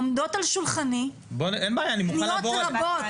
עומדות על שולחני פניות רבות.